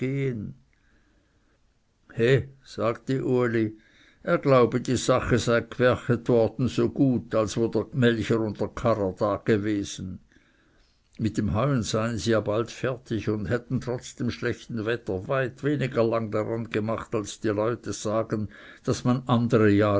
he sagte uli er glaube die sache sei gwerchet worden so gut als wo der melcher und der karrer dagewesen mit dem heuen seien sie ja bald fertig und hätten trotz dem schlechten wetter weit weniger lang daran gemacht als die leute sagen daß man andere jahre